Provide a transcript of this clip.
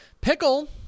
Pickle